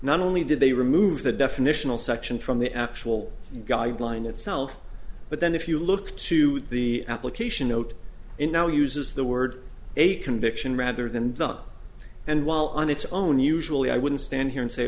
not only did they remove the definitional section from the actual guideline itself but then if you look to the application note in now uses the word eight conviction rather than not and while on its own usually i wouldn't stand here and say